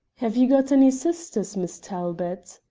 have you got any sisters, miss talbot?